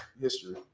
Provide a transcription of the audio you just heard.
history